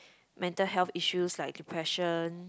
mental health issues like depression